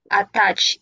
attach